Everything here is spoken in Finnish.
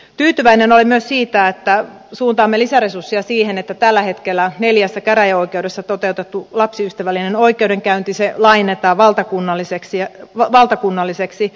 tyytyväinen olen myös siitä että suuntaamme lisäresursseja siihen että tällä hetkellä neljässä käräjäoikeudessa toteutettu lapsiystävällinen oikeudenkäynti laajennetaan valtakunnalliseksi